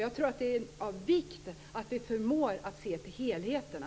Jag tror att det är av vikt att vi förmår att se till helheterna.